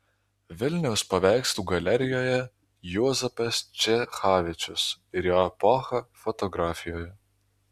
vilniaus paveikslų galerijoje juozapas čechavičius ir jo epocha fotografijoje